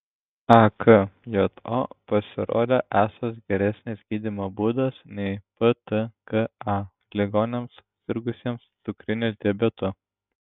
akjo pasirodė esąs geresnis gydymo būdas nei ptka ligoniams sirgusiems cukriniu diabetu